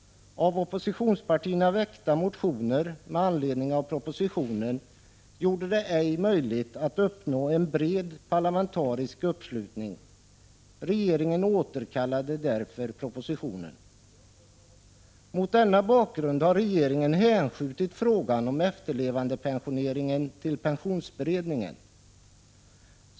Av oppositionspartierna väckta motioner med anledning av propositionen gjorde det ej möjligt att uppnå en bred parlamentarisk uppslutning. Regeringen återkallade därför propositionen. Mot denna bakgrund har regeringen hänskjutit frågan om efterlevandepensioneringen till pensionsberedningen.